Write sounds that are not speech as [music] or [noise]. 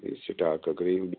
ہے stock اگرٔے [unintelligible]